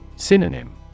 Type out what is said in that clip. Synonym